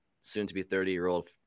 soon-to-be-30-year-old